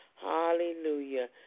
Hallelujah